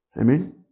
Amen